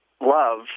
love